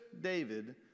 David